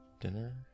dinner